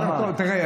תראה,